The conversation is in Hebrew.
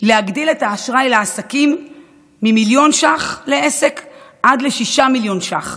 להגדיל את האשראי לעסקים ממיליון שקלים לעסק עד ל-6 מיליון שקלים.